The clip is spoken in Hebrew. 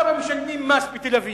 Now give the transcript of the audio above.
כמה משלמים מס בתל-אביב?